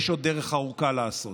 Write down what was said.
יש עוד דרך ארוכה לעשות.